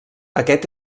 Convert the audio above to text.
aquest